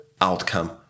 outcome